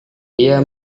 dia